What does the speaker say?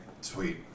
Sweet